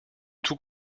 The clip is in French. tous